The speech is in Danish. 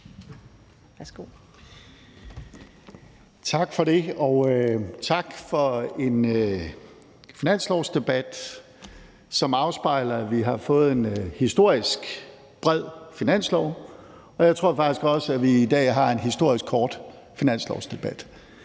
Tak for det, og tak for en finanslovsdebat, som afspejler, at vi har fået en historisk bred finanslov, og jeg tror faktisk også, at vi i dag har en historisk kort finanslovsdebat.